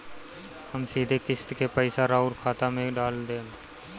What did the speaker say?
हम सीधे किस्त के पइसा राउर खाता में डाल देम?